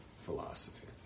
philosophy